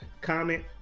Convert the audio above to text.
comment